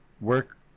Work